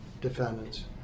defendants